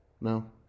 No